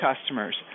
customers